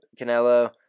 Canelo